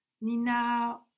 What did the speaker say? Nina